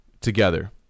together